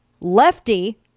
lefty